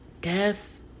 death